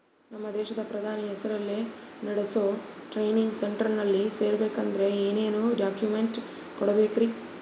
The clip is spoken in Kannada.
ನಮ್ಮ ದೇಶದ ಪ್ರಧಾನಿ ಹೆಸರಲ್ಲಿ ನೆಡಸೋ ಟ್ರೈನಿಂಗ್ ಸೆಂಟರ್ನಲ್ಲಿ ಸೇರ್ಬೇಕಂದ್ರ ಏನೇನ್ ಡಾಕ್ಯುಮೆಂಟ್ ಕೊಡಬೇಕ್ರಿ?